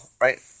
right